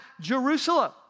Jerusalem